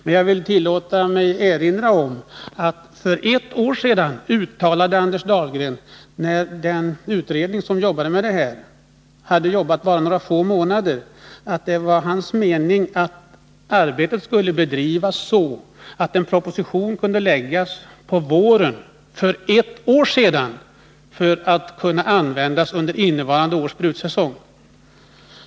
Men jag tillåter mig att erinra om att för ett år sedan, när utredningen i denna fråga hade jobbat bara några få månader, uttalade Anders Dahlgren att det var hans mening att arbetet skulle bedrivas så att en proposition kunde läggas fram under våren samma år, för att den skulle kunna användas under innevarande års besprutningssäsong.